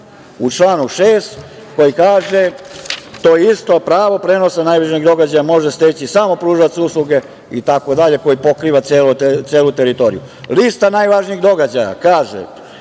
u članu 6, koji kaže da to isto pravo prenosa najvažnijeg događaja može steći samo pružalac usluge itd. koji pokriva celu teritoriju. Lista najvažnijeg događaja kaže